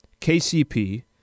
KCP –